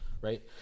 Right